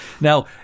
Now